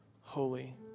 holy